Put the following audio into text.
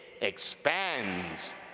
expands